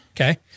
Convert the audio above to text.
Okay